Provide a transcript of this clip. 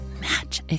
match